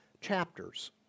chapters